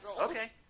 Okay